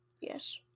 Yes